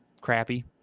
crappy